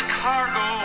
cargo